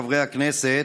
חברי הכנסת,